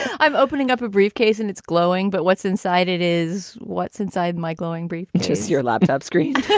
i'm opening up a briefcase and it's glowing. but what's inside it is what's inside my glowing brief, which is your laptop screen